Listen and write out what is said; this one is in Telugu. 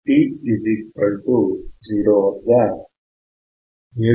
t 0 వద్ద 7